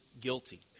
guilty